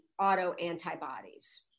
autoantibodies